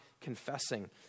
confessing